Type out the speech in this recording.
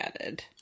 added